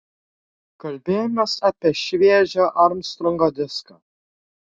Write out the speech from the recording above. kalbėjomės apie šviežią armstrongo diską